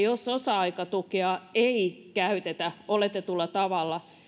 jos osa aikatukea ei käytetä oletetulla tavalla